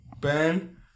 Ben